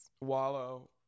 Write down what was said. Wallow